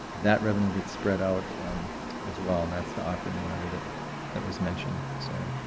that revenue gets spread out as well and that's the operating levy that that was mentioned. so,